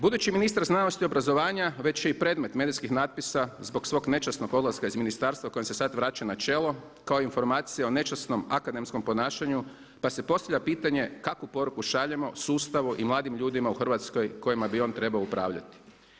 Budući ministar znanosti i obrazovanja već je i predmet medijskih natpisa zbog svog nečasnog odlaska iz ministarstva kojem se sada vraća na čelo kao i informacija o nečasnom akademskom ponašanju pa se postavlja pitanje kakvu poruku šaljemo sustavu i mladim ljudima u Hrvatskoj kojima bi on trebao upravljati.